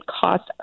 cost